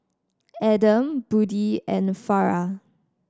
Adam Budi and Farah